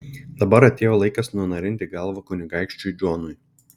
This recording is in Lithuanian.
dabar atėjo laikas nunarinti galvą kunigaikščiui džonui